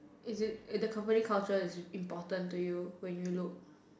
is it the company culture is important to you when you look